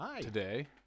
today